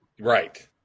Right